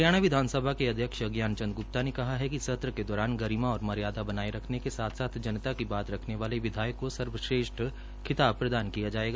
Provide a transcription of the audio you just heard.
हरियाणा विधानसभा के अध्यक्ष ज्ञान चंद ग्रुप्ता ने कहा है कि सत्र के दौरान गरिमा और मर्यादा बनाये रखने के साथ साथ् जनता की बात रखने वाले विधायक को सर्वश्रेष्ठ खिताब प्रदान किया जायेगा